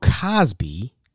Cosby